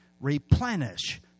replenish